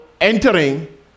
entering